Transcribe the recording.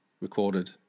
recorded